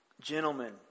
gentlemen